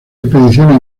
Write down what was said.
expediciones